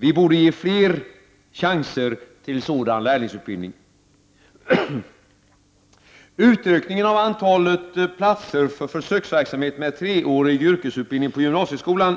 Vi borde ge fler chansen till sådan lärlingsutbildning. Jag vill sedan ta upp utökningen av antalet platser för försöksverksamhet med treårig yrkesutbildning på gymnasieskolan.